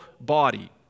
body